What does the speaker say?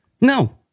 No